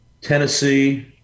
Tennessee